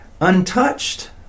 untouched